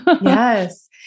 Yes